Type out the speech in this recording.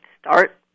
start